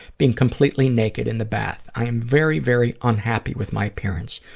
being completely naked in the bath. i am very, very unhappy with my appearance,